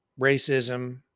racism